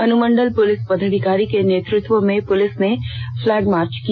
अनुमंडल पूलिस पदाधिकारी के नेतृत्व में पुलिस ने फ़्लैग मार्च किया